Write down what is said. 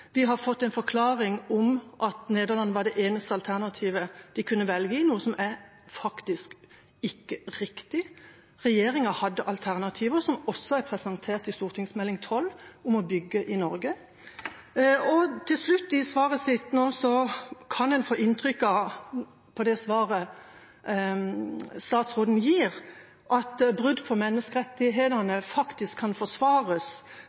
Vi har fått en forklaring om at Nederland var det eneste alternativet de kunne velge i, noe som faktisk ikke er riktig; regjeringa hadde alternativer, som også er presentert i Meld. St. 12 for 2014–2015, om å bygge i Norge. Og ut fra det svaret som statsråden gir nå til slutt, kan en få inntrykk av at brudd på